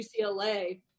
UCLA